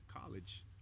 college